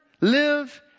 live